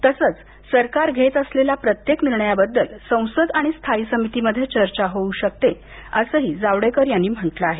तसंच सरकार घेत असलेला प्रत्येक निर्णयाबद्दल संसद आणि स्थायी समितीमध्ये चर्चा होऊ शकते असंही जावडेकर यांनी म्हटलं आहे